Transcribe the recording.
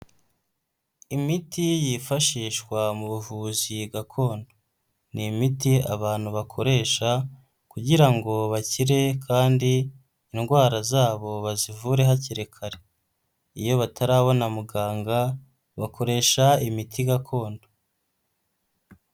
Imiti yifashishwa mu buvuzi gakondo. Ni imiti abantu bakoresha kugira ngo bakire kandi indwara zabo bazivure hakiri kare. Iyo batarabona muganga bakoresha imiti gakondo.